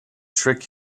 trick